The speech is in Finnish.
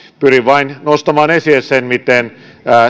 pyrin vain nostamaan esille sen miten